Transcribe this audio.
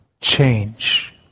change